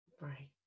Right